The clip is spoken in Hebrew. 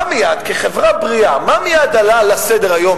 כחברה בריאה מה מייד עלה לסדר-היום,